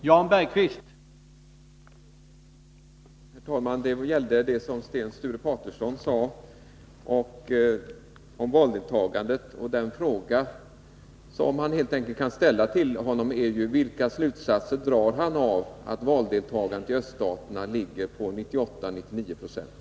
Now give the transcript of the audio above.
Herr talman! Det gäller det som Sten Sture Paterson sade om valdeltagandet. Den fråga som man kan ställa till honom är helt enkelt: Vilka slutsatser drar Sten Sture Paterson av att valdeltagandet i öststaterna ligger på 98-99 960?